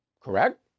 correct